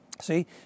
See